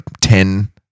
ten